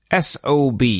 SOB